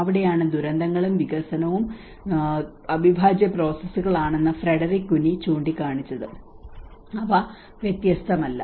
അവിടെയാണ് ദുരന്തങ്ങളും വികസനവും ദുരന്തങ്ങളും വികസനവും അവിഭാജ്യ പ്രോസസ്സ് കളാണെന്ന് ഫ്രെഡറിക് കുനി ചൂണ്ടിക്കാണിച്ചത് അവ വ്യത്യസ്തമല്ല